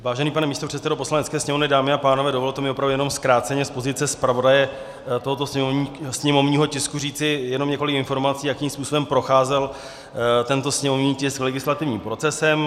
Vážený pane místopředsedo Poslanecké sněmovny, dámy a pánové, dovolte mi opravdu jenom zkráceně z pozice zpravodaje tohoto sněmovního tisku říci jenom několik informací, jakým způsobem procházel tento sněmovní tisk legislativním procesem.